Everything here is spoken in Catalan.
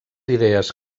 idees